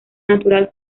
natural